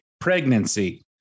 pregnancy